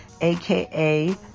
aka